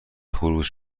خروج